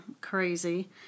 crazy